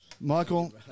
Michael